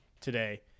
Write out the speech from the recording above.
today